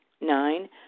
Nine